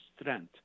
strength